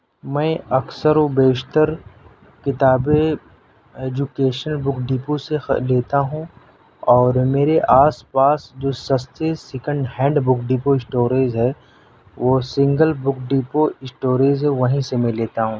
میں اکثر و بیشتر کتابیں ایجوکیشن بک ڈپو سے لیتا ہوں اور میرے آس پاس جو سستے second hand book depot storage ہے وہ سنگل بک ڈپو اسٹوریج ہے وہیں سے میں لیتا ہوں